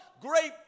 great